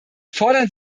fordern